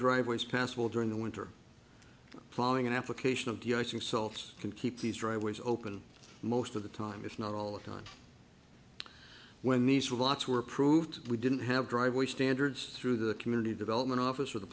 driveways passable during the winter following an application of the icing self's can keep these driveways open most of the time if not all the time when nice with lots were proved we didn't have driveway standards through the community development officer the